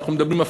אנחנו מדברים,